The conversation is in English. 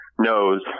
knows